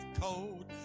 cold